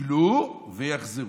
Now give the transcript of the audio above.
יגלו ויחזרו.